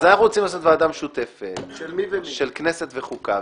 אז אנחנו רוצים לעשות ועדה משותפת של כנסת וחוקה,